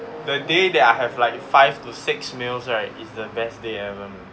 the day that I have like five to six meals right is the best day ever